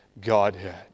Godhead